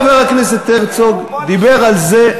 חבר הכנסת הרצוג דיבר על זה,